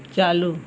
चालू